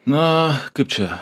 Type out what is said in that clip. na kaip čia